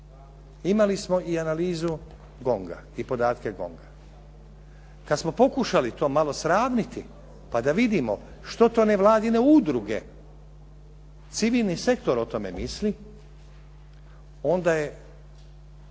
Imali smo i analizu GONG-a i podatke GONG-a. Kad smo pokušali to malo sravniti pa da vidimo što to nevladine udruge civilni sektor o tome misli, onda su